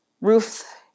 Ruth